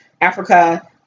Africa